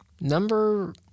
Number